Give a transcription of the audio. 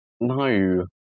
No